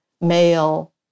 male